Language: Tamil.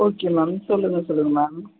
ஓகே மேம் சொல்லுங்க சொல்லுங்க மேம்